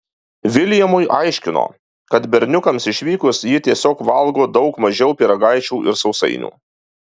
viljamui aiškino kad berniukams išvykus ji tiesiog valgo daug mažiau pyragaičių ir sausainių